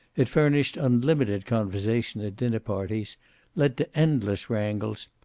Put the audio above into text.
it furnished unlimited conversation at dinner-parties, led to endless wrangles,